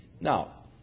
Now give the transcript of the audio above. Now